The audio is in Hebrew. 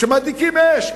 מדליקים אש.